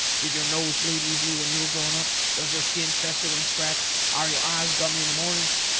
did your nose bleed easily when you were growing up? does your skin fester when scratched? are your eyes gummy in the mornings?